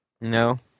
no